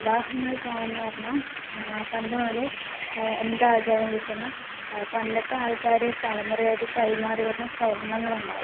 വിവാഹങ്ങൾക്കാണെന്ന് പറഞ്ഞാ പണ്ട് മുതലേ എന്താ ആചാരം എന്ന് ചോദിച്ച് വന്നാ പണ്ടത്തെ ആൾക്കാര് തലമുറയായിട്ട് കൈമാറി വരുന്ന സ്വർണങ്ങൾ ഇണ്ടാവും